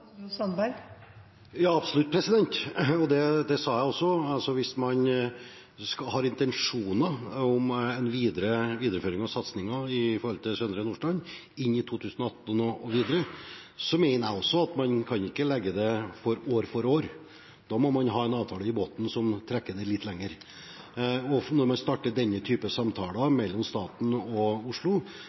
Ja, absolutt, og det sa jeg også. Hvis man har intensjoner om en videreføring av satsingen i Søndre Nordstrand inn i 2018 og videre, mener jeg at man ikke kan gjøre det år for år. Man må ha en avtale i bunnen, som trekker det litt lenger. Når man starter denne type samtaler mellom staten og Oslo,